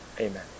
Amen